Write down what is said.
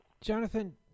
Jonathan